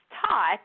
taught